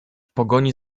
pogoni